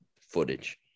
footage